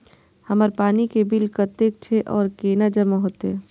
हमर पानी के बिल कतेक छे और केना जमा होते?